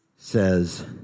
says